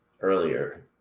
earlier